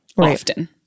often